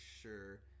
sure